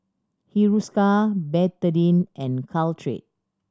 Hiruscar Betadine and Caltrate